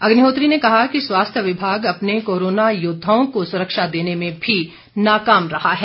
अग्निहोत्री ने कहा कि स्वास्थ्य विभाग अपने कोरोना योद्वाओं को सुरक्षा देने में भी नाकाम रहा है